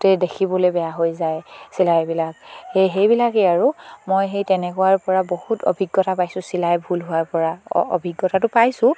তে দেখিবলৈ বেয়া হৈ যায় চিলাইবিলাক সেই সেইবিলাকেই আৰু মই সেই তেনেকুৱাৰ পৰা বহুত অভিজ্ঞতা পাইছোঁ চিলাই ভুল হোৱাৰ পৰা অভিজ্ঞতাটো পাইছোঁ